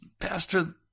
pastor